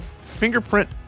fingerprint